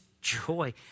joy